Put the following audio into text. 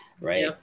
right